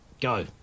go